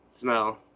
smell